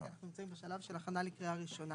כי אנחנו נמצאים בשלב של הכנה לקריאה ראשונה.